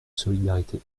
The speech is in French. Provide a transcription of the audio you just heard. solidarité